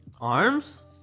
Arms